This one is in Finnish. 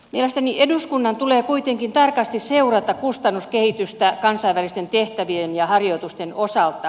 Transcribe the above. mielestäni eduskunnan tulee kuitenkin tarkasti seurata kustannuskehitystä kansainvälisten tehtävien ja harjoitusten osalta